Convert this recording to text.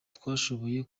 twashoboye